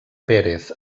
pérez